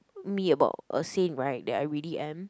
me about a Saint right that I really am